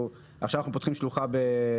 עכשיו אנחנו מרחיבים את השלוחה בשדרות